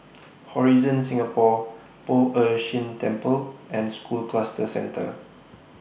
Horizon Singapore Poh Ern Shih Temple and School Cluster Centre